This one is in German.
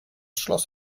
schloss